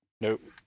Nope